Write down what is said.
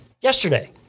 yesterday